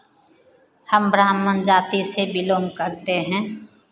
हम ब्राह्मण जाति से बिलॉन्ग करते हैं